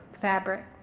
fabric